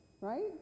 right